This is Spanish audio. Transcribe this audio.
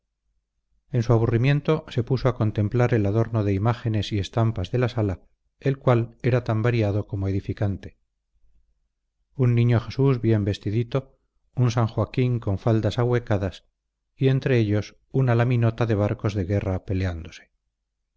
en su aburrimiento se puso a contemplar el adorno de imágenes y estampas de la sala el cual era tan variado como edificante un niño jesús bien vestidito un san joaquín con faldas ahuecadas y entre ellos una laminota de barcos de guerra peleándose